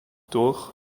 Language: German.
durch